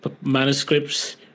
manuscripts